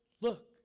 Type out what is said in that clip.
look